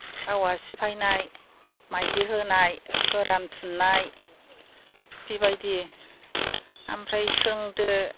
हावा सिफायनाय माइदि होनाय गोरान थुननाय बेबायदि ओमफ्राय सोंदो